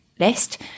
list